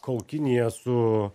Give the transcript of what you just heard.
kol kinija su